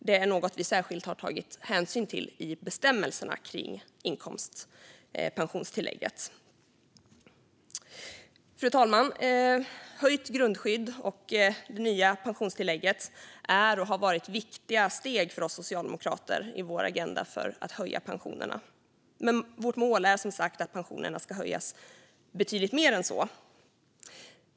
Det är något som vi särskilt har tagit hänsyn till i bestämmelserna kring inkomstpensionstillägget. Fru talman! Det höjda grundskyddet och det nya pensionstillägget är och har varit viktiga steg för oss socialdemokrater i vår agenda för att höja pensionerna, men vårt mål är som sagt att pensionerna ska höjas betydligt mer än så.